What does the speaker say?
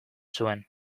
zuen